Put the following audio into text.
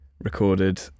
recorded